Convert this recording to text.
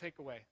takeaway